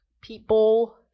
people